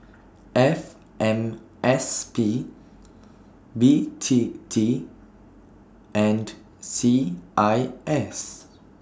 F M S P B T T and C I S